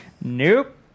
Nope